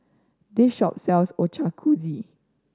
this shop sells Ochazuke